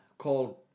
Called